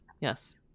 Yes